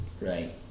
Right